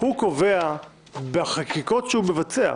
הוא קובע בחקיקות שהוא מבצע.